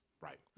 Right